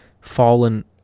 fallen